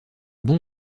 bon